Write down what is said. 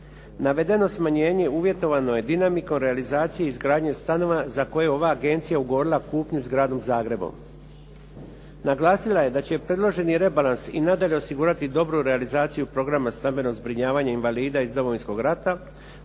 Navedeno smanjenje uvjetovano je dinamikom realizacija izgradnje stanova za koje ova agencija ugovorila kupnju s Gradom Zagrebom. Naglasila je da će predloženi rebalans i nadalje osigurati dobru realizaciju programa stambenog zbrinjavanja invalida iz Domovinskog rata,